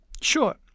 Sure